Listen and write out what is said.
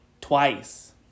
Twice